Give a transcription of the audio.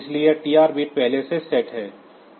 इसलिए यह TR bit पहले से सेट है